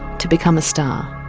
to become a star.